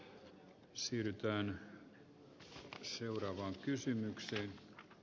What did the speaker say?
arvoisa herra puhemies